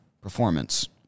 performance